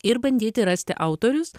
ir bandyti rasti autorius